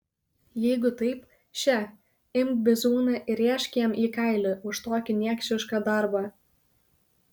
jeigu taip še imk bizūną ir rėžk jam į kailį už tokį niekšišką darbą